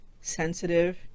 sensitive